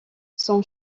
son